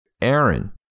Aaron